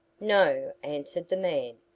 no, answered the man,